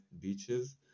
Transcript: beaches